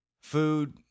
food